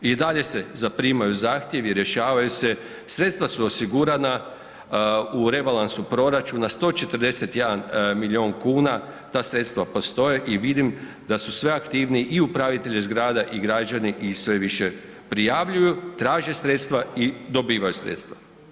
I dalje se zaprimaju zahtjevi, rješavaju se, sredstva su osigurana u rebalansu proračuna 141 milijun kuna, ta sredstva postoje i vidim da su sve aktivniji i upravitelji zgrada i građani i sve više prijavljuju, traže sredstva i dobivaju sredstva.